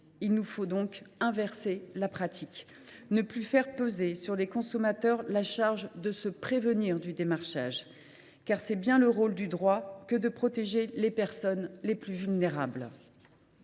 Il nous faut inverser la pratique et ne plus faire peser sur les consommateurs la charge de se prémunir contre le démarchage. C’est bien le rôle du droit que de protéger les personnes les plus vulnérables.